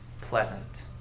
pleasant